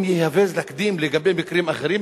אם זה יהווה תקדים לגבי מקרים אחרים,